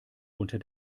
unter